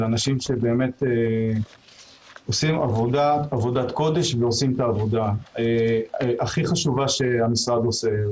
אלה אנשים שעושים עבודת קודש ועושים את העבודה הכי חשובה שהמשרד עושה.